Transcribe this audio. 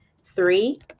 Three